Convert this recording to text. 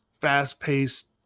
fast-paced